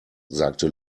sagte